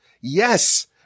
Yes